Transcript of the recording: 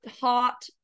hot